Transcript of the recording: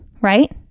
right